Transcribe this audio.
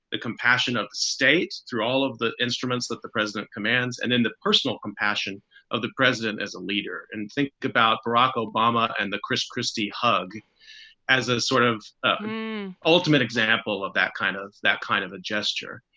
the compassion of states through all of the instruments that the president commands and then the personal compassion of the president as a leader. and think about barack obama and the chris christie hug as a sort of um ultimate example of that kind of that kind of a gesture.